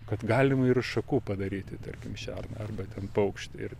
kad galima ir šakų padaryti tarkim šerną arba ten paukštį ir